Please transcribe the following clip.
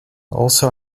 also